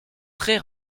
très